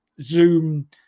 Zoom